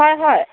হয় হয়